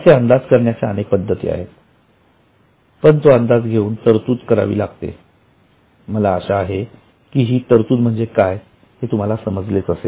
असे अंदाज करण्याच्या अनेक पद्धती आहेत पण तो अंदाज घेऊन तरतूद करावी लागते मला आशा आहे ही तरतूद म्हणजे काय हे तुम्हाला समजले असेल